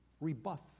rebuff